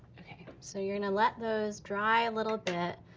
okay. so you're gonna let those dry a little bit,